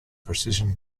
precision